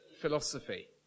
philosophy